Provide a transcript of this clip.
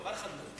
דבר אחד ברור,